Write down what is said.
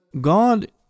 God